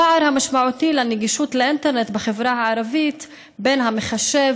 הפער המשמעותי בנגישות של האינטרנט בחברה הערבית בין המחשב